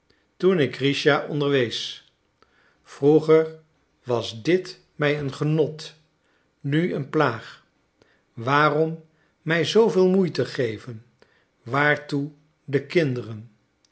toen ik grischa onderwees vroeger was dit mij een genot nu een plaag waarom mij zooveel moeite gegeven waartoe de kinderen